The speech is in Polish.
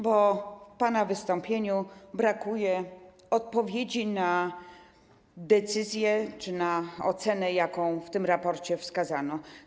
Bo w pana wystąpieniu brakuje odpowiedzi na decyzję czy na ocenę, jaką w tym raporcie zawarto.